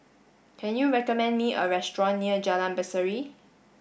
can you recommend me a restaurant near Jalan Berseri